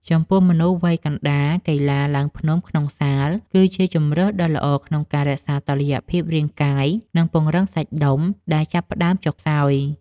ចំពោះមនុស្សវ័យកណ្ដាល កីឡាឡើងភ្នំក្នុងសាលគឺជាជម្រើសដ៏ល្អក្នុងការរក្សាតុល្យភាពរាងកាយ និងពង្រឹងសាច់ដុំដែលចាប់ផ្តើមចុះខ្សោយ។